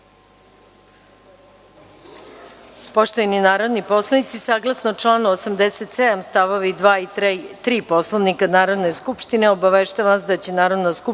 Poštovani narodni poslanici, saglasno članu 87. stav 2. i 3. Poslovnika Narodne skupštine obaveštavam vas da će Narodna skupština